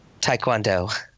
Taekwondo